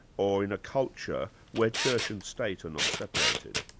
or in a culture, where church and state are not separated?